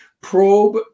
Probe